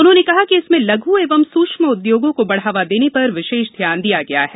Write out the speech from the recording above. उन्होंने कहा कि इसमें लघु एवं सूक्ष्म उद्योगों को बढ़ावा देने पर विशेष ध्यान दिया गया है